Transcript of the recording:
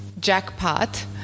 Jackpot